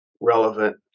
relevant